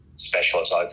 specialist